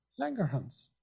Langerhans